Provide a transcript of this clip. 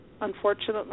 unfortunately